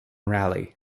rally